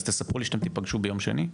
אז תספרו שתפגשו ביום שני?